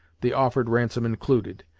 the offered ransom included,